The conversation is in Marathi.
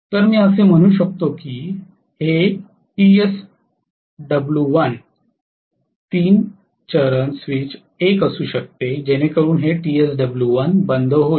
तर मी असे म्हणू शकतो की हे Tsw1 3 चरण स्विच 1 असू शकते जेणेकरून हे Tsw1 बंद होईल